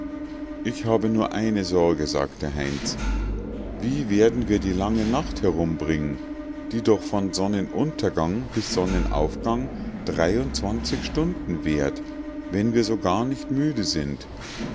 ich habe nur eine sorge sagte heinz wie werden wir die lange nacht herumbringen die doch von sonnenuntergang bis sonnenaufgang stunden währt wenn wir so gar nicht müde sind